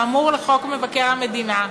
האמור לחוק מבקר המדינה,